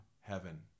heaven